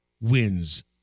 wins